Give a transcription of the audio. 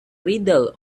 riddle